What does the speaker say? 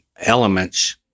elements